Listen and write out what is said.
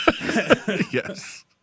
Yes